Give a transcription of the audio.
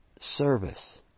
service